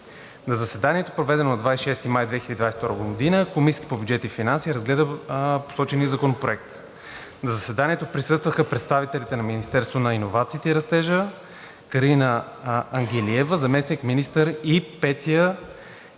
На заседание, проведено на 26 май 2022 г., Комисията по бюджет и финанси разгледа посочения законопроект. На заседанието присъстваха представителите на Министерство на иновациите и растежа: Карина Ангелиева – заместник-министър, и Петя